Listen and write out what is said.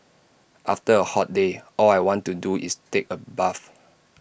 after A hot day all I want to do is take A bath